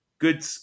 Good